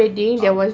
ah